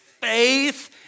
faith